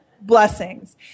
blessings